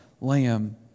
Lamb